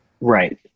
Right